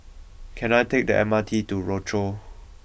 can I take the M R T to Rochor